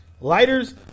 Lighters